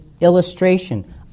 Illustration